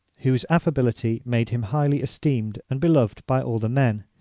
whose affability made him highly esteemed and beloved by all the men.